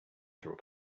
through